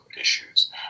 issues